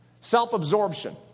Self-absorption